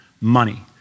money